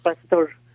pastor